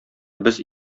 без